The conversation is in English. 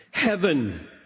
Heaven